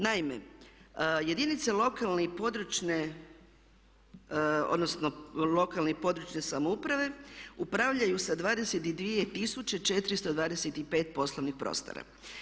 Naime jedinice lokalne i područne, odnosno lokalne i područne samouprave upravljaju sa 22 tisuće 425 poslovnih prostora.